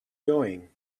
going